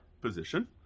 position